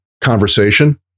conversation